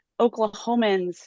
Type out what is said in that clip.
Oklahomans